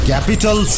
Capital